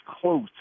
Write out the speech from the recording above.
close